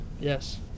Yes